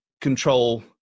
control